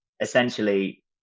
essentially